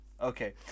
Okay